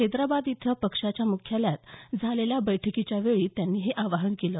हैदराबाद इथं पक्षाच्या मुख्यालयात झालेल्या बैठकीवेळी त्यांनी हे आवाहन केलं